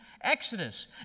exodus